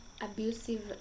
abusive